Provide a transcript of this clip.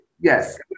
Yes